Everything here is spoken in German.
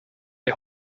die